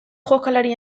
jokalari